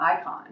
icon